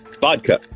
Vodka